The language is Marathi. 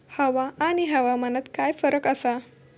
हवा आणि हवामानात काय फरक असा?